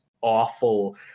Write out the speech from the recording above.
awful